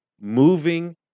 moving